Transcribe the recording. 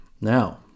Now